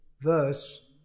verse